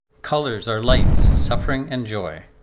colours are lights suffering and joy